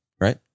right